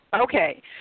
Okay